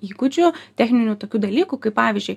įgūdžių techninių tokių dalykų kaip pavyzdžiui